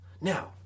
Now